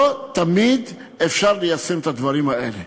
לא תמיד אפשר ליישם את הדברים האלה.